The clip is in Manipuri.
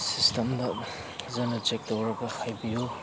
ꯁꯤꯁꯇꯦꯝꯗ ꯐꯖꯅ ꯆꯦꯛ ꯇꯧꯔꯒ ꯍꯥꯏꯕꯤꯎ